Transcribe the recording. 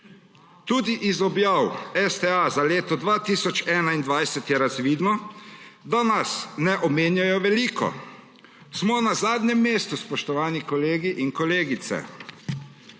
Tudi iz objav STA za leto 2021 je razvidno, da nas ne omenjajo veliko. Smo na zadnjem mestu, spoštovani kolegi in kolegice.